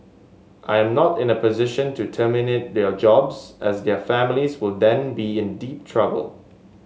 I am not in a position to terminate their jobs as their families will then be in deep trouble